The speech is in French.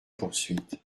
poursuite